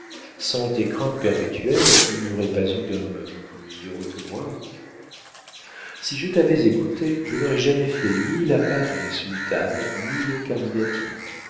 sans tes craintes perpétuelles il n'y aurait pas eu d'homme plus heureux que moi si je t'avais écoutée je n'aurais jamais fait ni la pâte des sultanes ni